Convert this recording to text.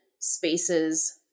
spaces